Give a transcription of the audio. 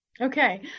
Okay